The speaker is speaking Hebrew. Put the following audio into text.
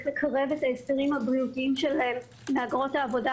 לקרב את ההסדרים הבריאותיים של מהגרות העבודה,